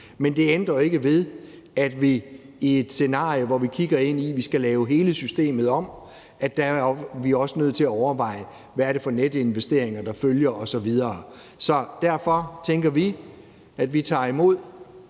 Men det ændrer jo ikke ved, at vi i et scenarie, hvor vi kigger ind i, at vi skal lave hele systemet om, også er nødt til at overveje, hvad det er for netinvesteringer, der følger osv. Så derfor tænker vi, at vi tager imod